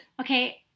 Okay